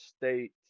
State